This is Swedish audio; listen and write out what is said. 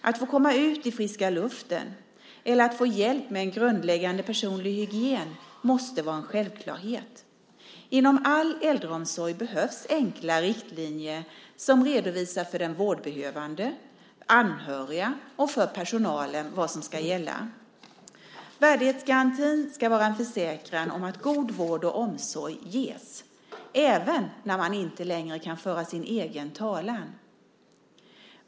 Att få komma ut i friska luften eller att få hjälp med en grundläggande personlig hygien måste vara en självklarhet. Inom all äldreomsorg behövs enkla riktlinjer som redovisar för den vårdbehövande, anhöriga och för personalen vad som ska gälla. Värdighetsgarantin ska vara en försäkran om att god vård och omsorg ges - även när man inte längre kan föra sin egen talan.